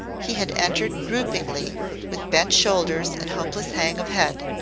he had entered droopingly with bent shoulders and hopeless hang of head.